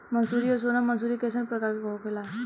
मंसूरी और सोनम मंसूरी कैसन प्रकार होखे ला?